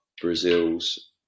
Brazils